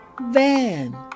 van